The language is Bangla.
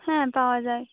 হ্যাঁ পাওয়া যায়